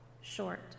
short